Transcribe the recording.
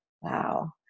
wow